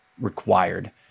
required